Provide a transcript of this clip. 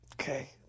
Okay